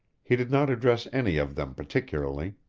he did not address any of them particularly.